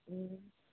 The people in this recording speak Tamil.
ம்